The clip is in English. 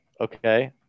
okay